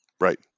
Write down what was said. Right